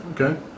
okay